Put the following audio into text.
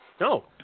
no